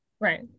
Right